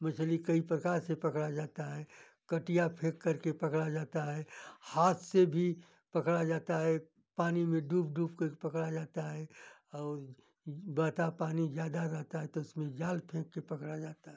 मछली कई प्रकार से पकड़ा जाता है कटिया फेंककर के पकड़ा जाता है हाथ से भी पकड़ा जाता है पानी में डूब डूबकर पकड़ा जाता है और बहता पानी ज़्यादा रहता है तो उसमें जाल फेंककर पकड़ा जाता है